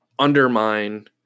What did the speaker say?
undermine